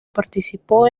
participó